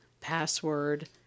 password